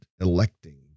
electing